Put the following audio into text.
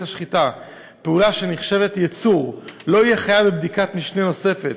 השחיטה פעולה שנחשבת ייצור לא יהיה חייב בבדיקת משנה נוספת,